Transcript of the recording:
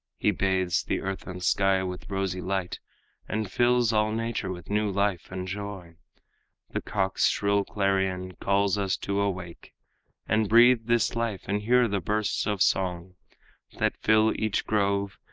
he bathes the earth and sky with rosy light and fills all nature with new life and joy the cock's shrill clarion calls us to awake and breathe this life and hear the bursts of song that fill each grove,